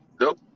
Nope